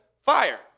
fire